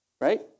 right